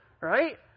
right